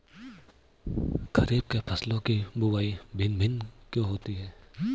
खरीफ के फसलों की बुवाई भिन्न भिन्न क्यों होती है?